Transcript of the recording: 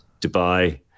dubai